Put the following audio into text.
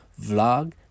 vlog